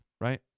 right